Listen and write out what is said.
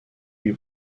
lui